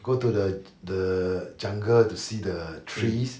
go to the the jungle to see the trees